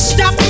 Stop